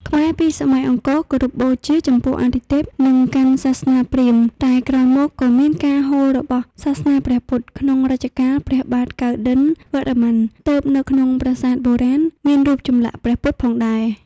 ខ្មែរពីសម័យអង្គរគោរពបូជាចំពោះអាទិទេពនិងកាន់សាសនាព្រាហ្មណ៍តែក្រោយមកក៏មានការហូររបស់សាសនាព្រះពុទ្ធក្នុងរជ្ជកាលព្រះបាទកៅឌិណ្ឌន្យវរ្ម័នទើបនៅក្នុងប្រាសាទបុរាណមានរូបចម្លាក់ព្រះពុទ្ធផងដែរ។